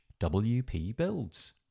WPBuilds